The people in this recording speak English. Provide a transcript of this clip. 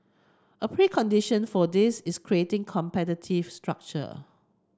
a precondition for this is creating competitive structure